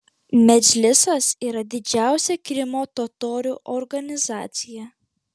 medžlisas yra didžiausia krymo totorių organizacija